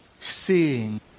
seeing